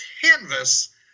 canvas